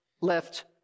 left